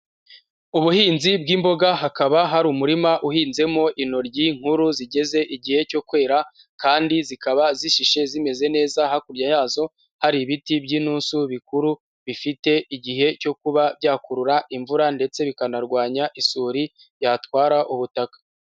Ubuhinzi bw'imboga hakaba hari umurima uhinzemo intoryi nkuru zigeze igihe cyo kwera, kandi zikaba zishishe zimeze neza, hakurya yazo hari ibiti b'inturusu bikuru bifite igihe cyo kuba byakurura imvura, ndetse bikanarwanya isuri yatwara ubutaka.